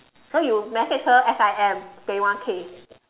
so you message her S_I_M pay one K